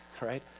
right